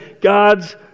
God's